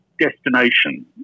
destination